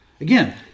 Again